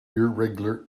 irregular